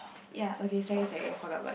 ya okay sorry sorry forgot about that